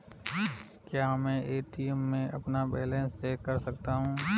क्या मैं ए.टी.एम में अपना बैलेंस चेक कर सकता हूँ?